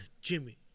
Jimmy